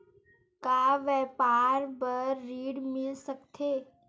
का व्यापार बर ऋण मिल सकथे?